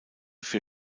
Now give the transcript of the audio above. für